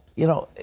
you know,